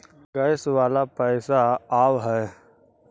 Gas वाला पैसा आव है?